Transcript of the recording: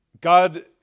God